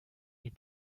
les